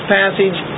passage